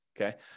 Okay